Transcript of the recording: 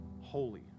holy